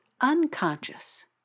unconscious